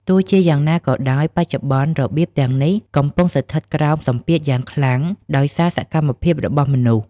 ទោះជាយ៉ាងណាក៏ដោយ បច្ចុប្បន្នរបៀងទាំងនេះកំពុងស្ថិតក្រោមសម្ពាធយ៉ាងខ្លាំង ដោយសារសកម្មភាពរបស់មនុស្ស។